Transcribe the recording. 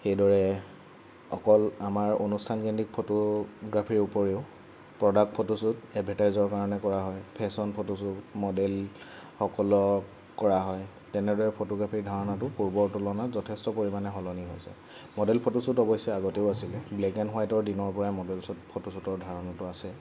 সেইদৰে অকল আমাৰ অনুস্থানকেন্দ্ৰীক ফটোগ্ৰাফীৰ ওপৰিও প্ৰডাক্ট ফটোশ্বুট এডভাৰটাইজৰ কাৰণে কৰা হয় ফেশ্বন ফটোশ্বুট মডেলসকলক কৰা হয় তেনেদৰে ফটোগ্ৰাফীৰ ধাৰণাটো পূৰ্বৰ তুলনাত যথেষ্ট পৰিমাণে সলনি হৈছে মডেল ফটোশ্বুট অৱশ্যে আগতেও আছিলে ব্লেক এণ্ড হোৱাইটৰ দিনৰ পৰাই মডেল শ্বুট ফটোশ্বুটৰ ধাৰণাটো আছে